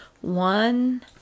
one